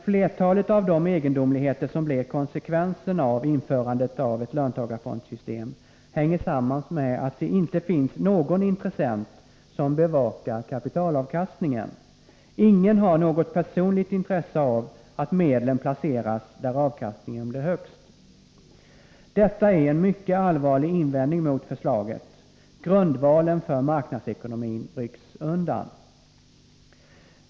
Flertalet av de egendomligheter som blir konsekvensen av införandet av ett löntagarfondssystem hänger samman med att det inte finns någon intressent som bevakar kapitalavkastningen. Ingen har något personligt intresse av att medlen placeras där avkastningen blir högst. Detta är en mycket allvarlig invändning mot förslaget. Grundvalen för marknadsekonomin rycks undan.